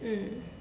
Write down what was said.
mm